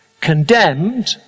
condemned